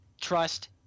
Trust